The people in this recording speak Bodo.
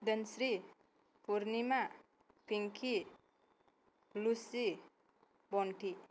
दोनस्रि फुरनिमा फिंखि लुसि बनथि